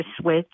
switch